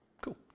Cool